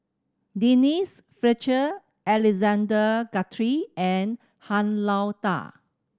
Denise Fletcher Alexander Guthrie and Han Lao Da